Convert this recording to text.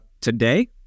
today